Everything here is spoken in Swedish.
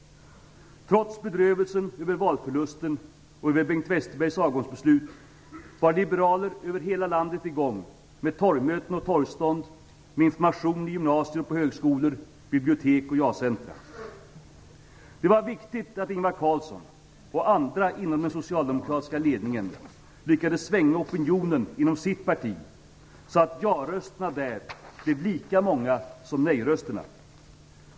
Trots bedrövelsen över valförlusten och Bengt Westerbergs avgångsbeslut var liberaler över hela landet i gång med torgmöten och torgstånd, med information i gymnasier och på högskolor, bibliotek och jacentrum. Det var viktigt att Ingvar Carlsson och andra inom den socialdemokratiska ledningen lyckades svänga opinionen inom sitt parti så att ja-rösterna där blev lika många som nej-rösterna.